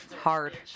hard